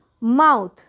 Mouth